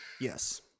Yes